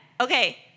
Okay